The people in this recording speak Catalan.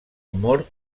mort